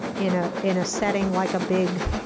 in ah in a setting like a big